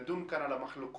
נדון כאן על המחלוקות,